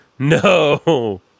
No